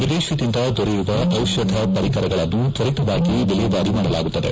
ವಿದೇಶದಿಂದ ದೊರೆಯುವ ಔಷಧ ಪರಿಕರಗಳನ್ನು ತ್ವರಿತವಾಗಿ ವಿಲೇವಾರಿ ಮಾಡಲಾಗುತ್ತದೆ